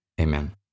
Amen